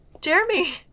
Jeremy